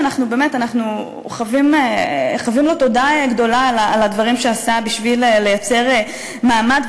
אנחנו חבים לו תודה גדולה על הדברים שעשה בשביל לייצר מעמד,